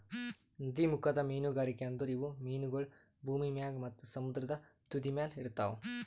ನದೀಮುಖದ ಮೀನುಗಾರಿಕೆ ಅಂದುರ್ ಇವು ಮೀನಗೊಳ್ ಭೂಮಿ ಮ್ಯಾಗ್ ಮತ್ತ ಸಮುದ್ರದ ತುದಿಮ್ಯಲ್ ಇರ್ತಾವ್